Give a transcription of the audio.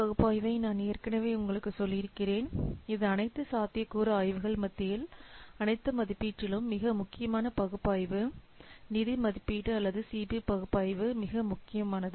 பகுப்பாய்வை நான் ஏற்கனவே உங்களுக்குச் சொல்லியிருக்கிறேன் இது அனைத்து சாத்தியக்கூறு ஆய்வுகள் மத்தியில் அனைத்து மதிப்பீட்டிலும் மிக முக்கியமான பகுப்பாய்வு நிதி மதிப்பீடு அல்லது பகுப்பாய்வு மிக முக்கியமானது